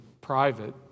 private